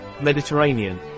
mediterranean